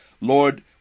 Lord